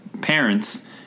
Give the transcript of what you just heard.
parents